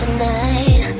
Tonight